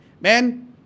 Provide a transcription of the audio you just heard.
Man